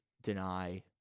deny